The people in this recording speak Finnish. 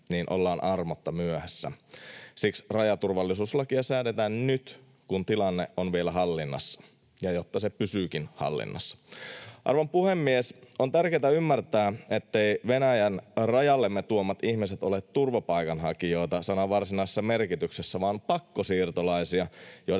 niin ollaan armotta myöhässä. Siksi rajaturvallisuuslakia säädetään nyt, kun tilanne on vielä hallinnassa, jotta se pysyykin hallinnassa. Arvon puhemies! On tärkeätä ymmärtää, ettei Venäjän rajallemme tuomat ihmiset ole turvapaikanhakijoita sanan varsinaisessa merkityksessä vaan pakkosiirtolaisia,